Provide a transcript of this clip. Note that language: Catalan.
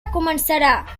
començarà